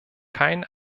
kein